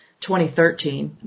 2013